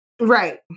Right